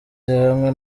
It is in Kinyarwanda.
hamwe